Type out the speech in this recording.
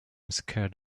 scared